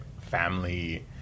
family